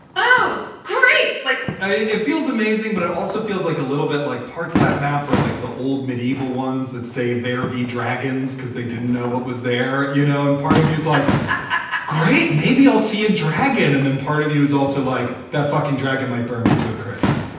oh, great like, it feels amazing, but it also feels like a little bit like parts of that map or like the old medieval ones that say there be dragons because they didn't know what was there. you know, and part of you is like, ah great, maybe you'll see a dragon and then part of you is also like that fucking dragon, my bird, me to a crisp,